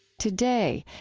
today,